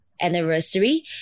anniversary